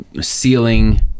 ceiling